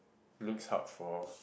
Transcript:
next hub for